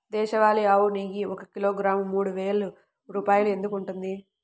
దేశవాళీ ఆవు నెయ్యి ఒక కిలోగ్రాము మూడు వేలు రూపాయలు ఎందుకు ఉంటుంది?